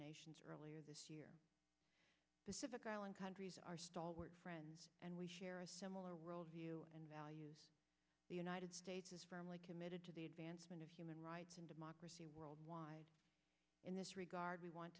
nations earlier this year this is a growing countries are stalwart friend and we share a similar role view and values the united states is firmly committed to the advancement of human rights and democracy worldwide in this regard we want